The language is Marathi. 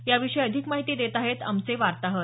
याविषयी अधिक माहिती देत आहेत आमचे वार्ताहर